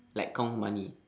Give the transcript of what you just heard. like count money